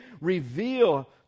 reveal